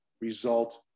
result